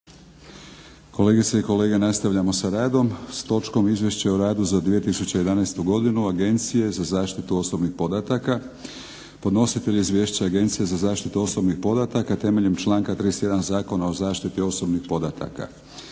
Kolegice i kolege, nastavljamo s radom s točkom - Izvješće o radu za 2011. godinu Agencije za zaštitu osobnih podataka Podnositelj izvješća je Agencija za zaštitu osobnih podataka temeljem članka 31. Zakona o zaštiti osobnih podataka.